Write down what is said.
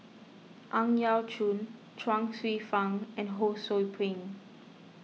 Ang Yau Choon Chuang Hsueh Fang and Ho Sou Ping